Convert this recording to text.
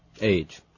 age